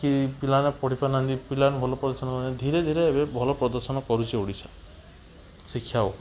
କି ପିଲାମାନେ ପଢ଼ି ପାରୁନାହାନ୍ତି ପିଲାମାନେ ଭଲ ପୋଜିସନ ପାଉନାହାନ୍ତି ଧିରେ ଧିରେ ଏବେ ଭଲ ପଦର୍ଶନ କରୁଛି ଓଡ଼ିଶା ଶିକ୍ଷା ଉପରେ